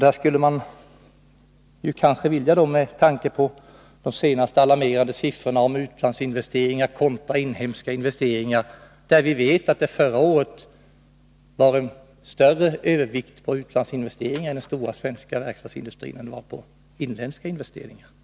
De senaste alarmerande siffrorna om utlandsinvesteringar kontra 141 inhemska investeringar visar att de stora svenska verkstadsindustrierna förra året satsade betydligt mer på utlandsinvesteringar än på inhemska investeringar.